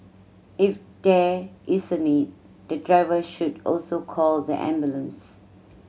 if there is a need the driver should also call the ambulance